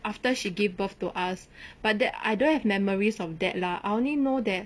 after she gave birth to us but then I don't have memories of that lah I only know that